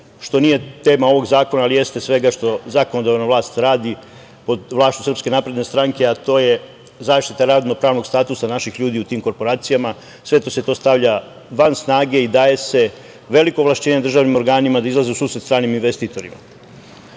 što nije tema ovog zakona, ali jeste svega što zakonodavna vlast radi pod vlašću SNS, a to je zaštita radno-pravnog statusa naših ljudi u tim korporacijama. Sve se to stavlja van snage i daje se veliko ovlašćenje državnim organima da izađu u susret strani investitorima. Sve